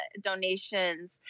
Donations